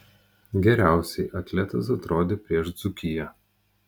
geriausiai atletas atrodė prieš dzūkiją